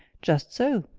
just so!